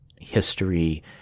history